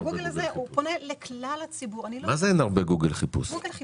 גוגל הזה פונה לכלל הציבור -- מה זה "אין הרבה גוגל חיפוש"?